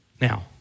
Now